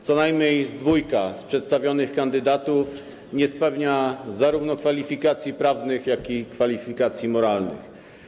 Co najmniej dwójka z przedstawionych kandydatów nie spełnia ani kwalifikacji prawnych, ani kwalifikacji moralnych.